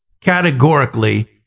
categorically